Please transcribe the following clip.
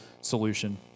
solution